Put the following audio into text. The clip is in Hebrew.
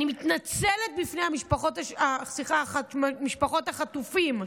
אני מתנצלת בפני משפחות החטופים.